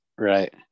Right